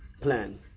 plan